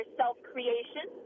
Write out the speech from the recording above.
self-creation